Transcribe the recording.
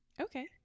Okay